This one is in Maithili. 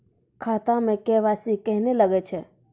खाता मे के.वाई.सी कहिने लगय छै?